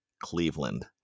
Cleveland